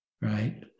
right